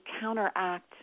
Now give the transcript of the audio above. counteract